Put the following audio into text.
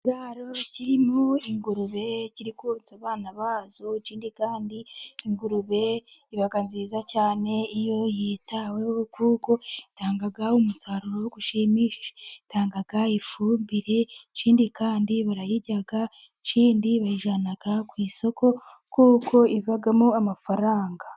Ikiraro kiririmo ingurube kiri konsa abana bazo, ikindi kandi ingurube iba nziza cyane iyo yitaweho, kuko itanga umusaruro ushimi shije, itanga ifumbire, ikindi kandi barayirya, ikindi bayijyana ku isoko kuko ivamo amafaranga.